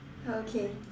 okay